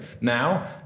now